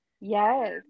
yes